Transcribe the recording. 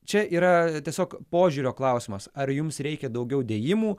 čia yra tiesiog požiūrio klausimas ar jums reikia daugiau dėjimų